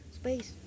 space